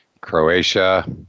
Croatia